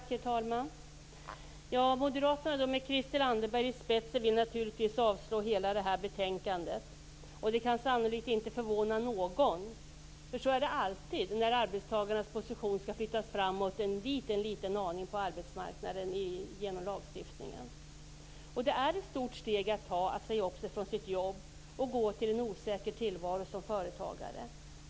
Herr talman! Moderaterna med Christel Anderberg i spetsen vill naturligtvis avslå hela betänkandet. Det kan sannolikt inte förvåna någon. Så är det alltid när arbetstagarnas position skall flyttas fram en liten aning på arbetsmarknaden genom lagstiftning. Det är ett stort steg att ta att säga upp sig från sitt jobb och gå till en osäker tillvaro som företagare.